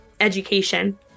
education